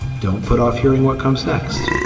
don't put off hearing what comes next